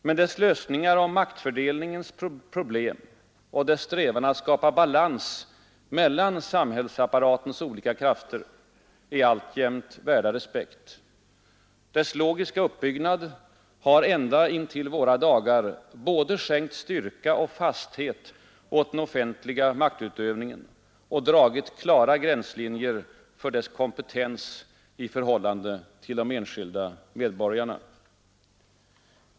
Men dess lösningar av maktfördelningens problem och dess strävan att skapa balans mellan samhällsapparatens olika krafter är alltjämt värda respekt. Dess logiska uppbyggnad har ända intill våra dagar skänkt både styrka och fasthet åt den offentliga maktutövningen och dragit klara gränslinjer för dess kompetens i förhållande till de enskilda medborgarna.